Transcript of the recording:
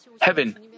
heaven